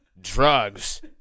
drugs